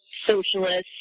socialist